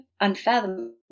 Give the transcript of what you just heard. unfathomable